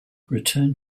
returned